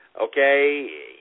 okay